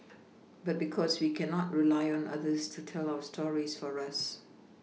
but because we cannot rely on others to tell our stories for us